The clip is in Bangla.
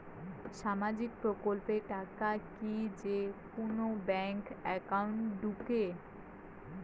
সামাজিক প্রকল্পের টাকা কি যে কুনো ব্যাংক একাউন্টে ঢুকে?